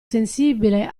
sensibile